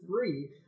three